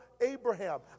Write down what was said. Abraham